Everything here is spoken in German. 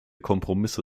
kompromisse